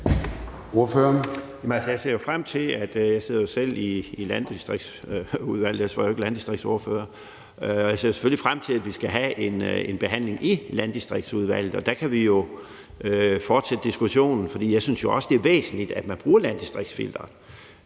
selvfølgelig frem til, at vi skal have en behandling i Landdistriktsudvalget. Der kan vi fortsætte diskussionen, for jeg synes jo også, det er væsentligt, at man bruger landdistriktsfilteret.